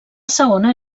segona